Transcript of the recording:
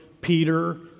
Peter